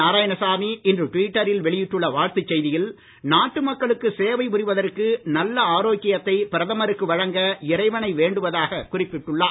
நாராயணசாமி இன்று டுவிட்டரில் வெளியிட்டுள்ள வாழ்த்து செய்தியில் நாட்டு மக்களுக்கு சேவை புரிவதற்கு நல்ல ஆரோக்கியத்தை பிரதமருக்கு வழங்க இறைவனை வேண்டுவதாக குறிப்பிட்டுள்ளார்